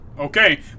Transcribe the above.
Okay